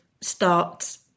start